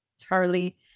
Charlie